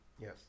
Yes